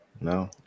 no